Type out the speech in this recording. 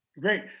Great